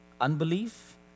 Unbelief